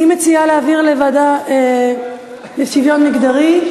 אני מציעה להעביר לוועדה לשוויון מגדרי.